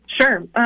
Sure